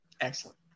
Excellent